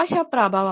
ಬಾಹ್ಯ ಪ್ರಭಾವ